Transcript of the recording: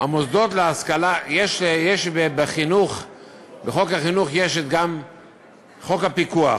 המוסדות להשכלה, יש בתחום החינוך גם חוק הפיקוח.